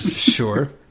Sure